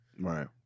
Right